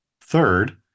Third